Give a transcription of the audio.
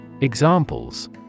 Examples